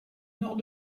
nord